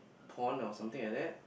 pond or something like that